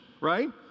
right